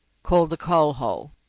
called the coal hole,